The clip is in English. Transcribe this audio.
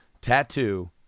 tattoo